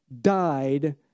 died